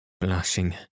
blushing